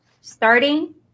starting